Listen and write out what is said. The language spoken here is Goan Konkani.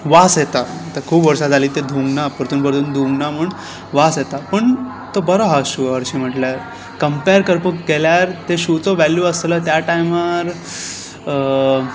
वास येता ते खूब वर्सां जाली तें धुंवंक ना परतून परतून धुंवंक ना म्हूण वास येता पूण तो बरो हा शू हरशीं म्हटल्यार कम्पॅर करपाक गेल्यार ते शुचो वॅल्यू आसतलो त्या टायमार